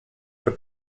for